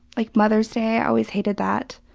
like mother's day, i always hated that.